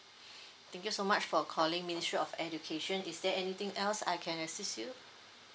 thank you so much for calling ministry of education is there anything else I can assist you